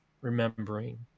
remembering